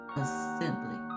assembly